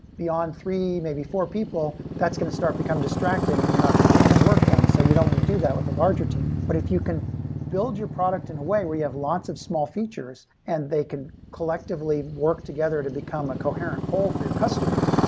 beyond three, maybe four people, that's going to start to become distracting and you're not going to get any work done. so you don't want to do that with a larger team. but if you can build your product in a way where you have lots of small features and they can collectively work together to become a coherent whole for your customers,